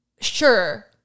sure